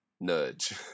nudge